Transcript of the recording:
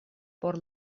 por